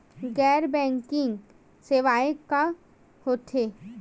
गैर बैंकिंग सेवाएं का होथे?